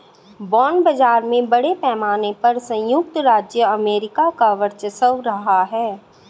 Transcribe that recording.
bond बाजार में बड़े पैमाने पर सयुक्त राज्य अमेरिका का वर्चस्व रहा है